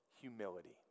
humility